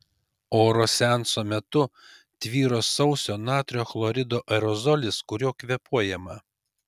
oro seanso metu tvyro sauso natrio chlorido aerozolis kuriuo kvėpuojama